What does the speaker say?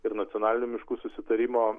ir nacionalinių miškų susitarimo